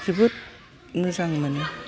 जोबोद मोजां मोनो